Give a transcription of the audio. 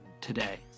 today